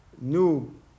new